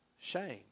Shame